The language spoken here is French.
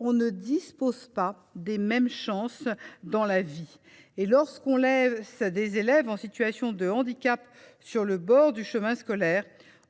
on ne dispose pas des mêmes chances dans la vie ! Et laisser des élèves en situation de handicap sur le bord du chemin scolaire,